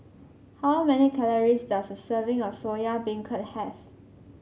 how many calories does a serving of Soya Beancurd have